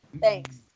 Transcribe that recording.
Thanks